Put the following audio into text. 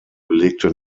belegte